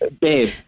Babe